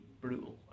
brutal